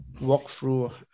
walkthrough